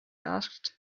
asked